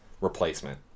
replacement